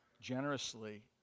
generously